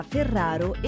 Ferraro